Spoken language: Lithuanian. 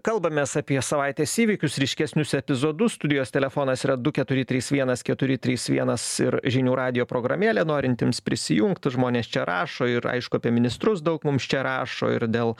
kalbamės apie savaitės įvykius ryškesnius epizodus studijos telefonas yra du keturi trys vienas keturi trys vienas ir žinių radijo programėlė norintiems prisijungt žmonės čia rašo ir aišku apie ministrus daug mums čia rašo ir dėl